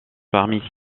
parmi